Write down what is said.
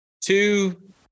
two